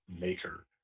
maker